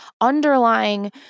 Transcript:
underlying